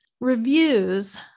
Reviews